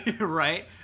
Right